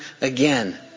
again